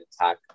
attack